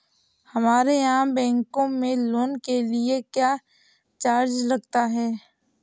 हमारे यहाँ बैंकों में लोन के लिए क्या चार्ज लगता है?